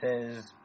says